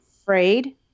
afraid